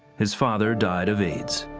his father died of aids.